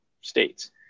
states